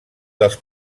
dels